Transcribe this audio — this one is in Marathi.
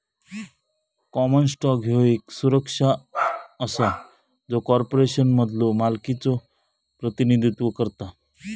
कॉमन स्टॉक ह्यो येक सुरक्षा असा जो कॉर्पोरेशनमधलो मालकीचो प्रतिनिधित्व करता